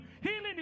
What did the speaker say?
healing